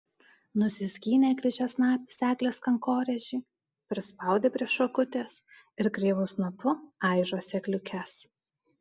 nusiskynė kryžiasnapis eglės kankorėžį prispaudė prie šakutės ir kreivu snapu aižo sėkliukes